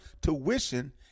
tuition